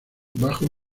bajos